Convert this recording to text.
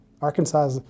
Arkansas